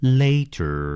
later